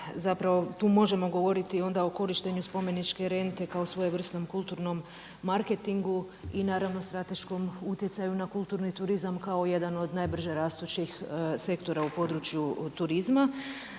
zapravo tu možemo govoriti onda o korištenju spomeničke rente kao svojevrsnom kulturnom marketingu i naravno strateškom utjecaju na kulturni turizam kao jedan od najbrže rastućih sektora u području turizma.